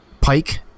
Pike